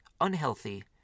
unhealthy